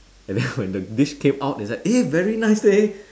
and then when the dish came out is like eh very nice leh